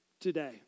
today